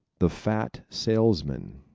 the fat salesman